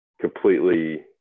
completely